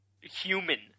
human